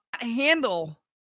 handle